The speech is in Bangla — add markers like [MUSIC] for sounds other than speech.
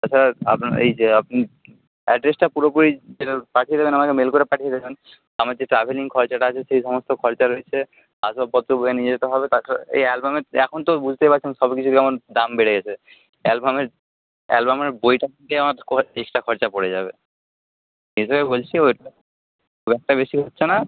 তাছাড়া আপনার এই যে আপনি অ্যাড্রেসটা পুরোপুরি [UNINTELLIGIBLE] পাঠিয়ে দেবেন আমাকে মেল করে পাঠিয়ে দেবেন আমার যে ট্রাভেলিং খরচাটা আছে সেই সমস্ত খরচা রয়েছে আসবাবপত্রগুলো নিয়ে যেতে হবে তাছাড়া এই অ্যালবামের এখন তো বুঝতেই পারছেন সবকিছু কেমন দাম বেড়ে গেছে অ্যালবামের অ্যালবামের বইটাকে আমার করাতেই এক্সট্রা খরচা পড়ে যাবে সেই হিসাবেই বলছি [UNINTELLIGIBLE] খুব একটা বেশি হচ্ছে না